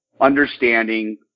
understanding